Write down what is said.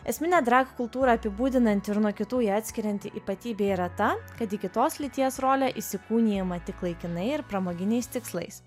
esminė drag kultūrą apibūdinanti ir nuo kitų ją atskirianti ypatybė yra ta kad į kitos lyties rolę įsikūnijama tik laikinai ir pramoginiais tikslais